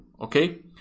Okay